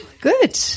Good